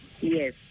Yes